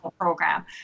program